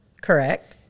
Correct